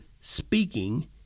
speaking